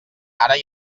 ara